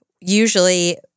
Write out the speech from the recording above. usually